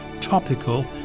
topical